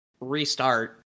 restart